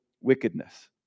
wickedness